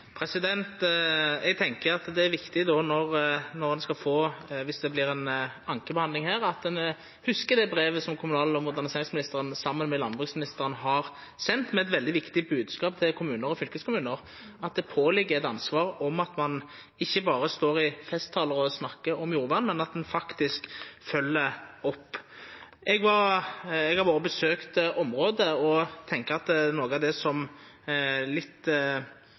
Eg tenkjer det er viktig at ein, om det vert ei ankebehandling her, hugsar det brevet som kommunal- og moderniseringsministeren, saman med landbruksministeren, har sendt, med eit veldig viktig bodskap til kommunar og fylkeskommunar. Det ligg på dei eit ansvar om at ein ikkje berre står i festtaler og snakkar om jordvern, men at ein faktisk følgjer opp. Eg har vore og besøkt området og tenkjer at det, slik det kjem fram i media nokre gonger, ikkje ser ut som